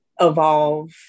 evolve